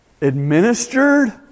Administered